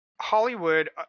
Hollywood